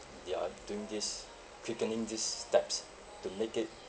they are doing this quickening these steps to make it